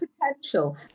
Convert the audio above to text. potential